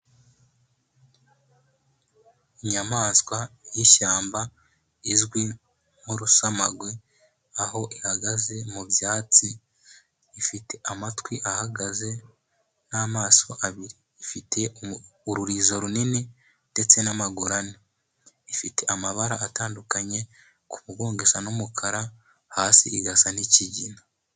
Inyamaswa y'ishyamba izwi nk'urusamagwe, aho ihagaze mu byatsi ifite amatwi ahagaze n'amaso abiri, ifite ururizo runini ndetse n'amaguru ane, ifite amabara atandukanye ku mugongo n'umukara hasi igasa n'ikigina.